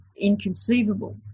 inconceivable